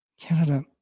Canada